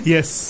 Yes